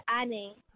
Annie